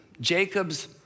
Jacob's